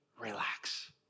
relax